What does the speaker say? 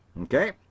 Okay